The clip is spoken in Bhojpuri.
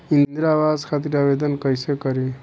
इंद्रा आवास खातिर आवेदन कइसे करि?